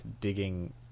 digging